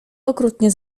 okrutnie